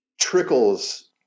trickles